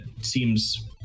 seems